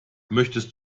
möchtest